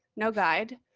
no guide,